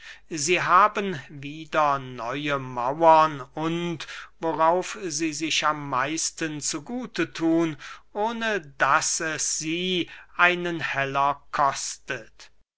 sie haben wieder neue mauern und worauf sie sich am meisten zu gute thun ohne daß es sie einen heller kostet